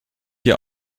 hier